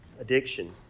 Addiction